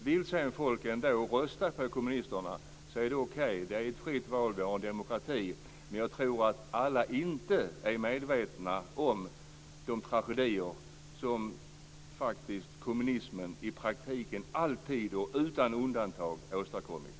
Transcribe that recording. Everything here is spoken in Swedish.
Vill sedan människor ändå rösta på kommunisterna är det okej. Det är ett fritt val, och vi har demokrati. Men jag tror att alla inte är medvetna om de tragedier som faktiskt kommunismen i praktiken alltid och utan undantag åstadkommit.